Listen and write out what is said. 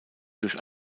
durch